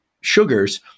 sugars